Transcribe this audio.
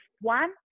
one